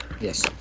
Yes